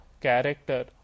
character